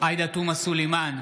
עאידה תומא סלימאן,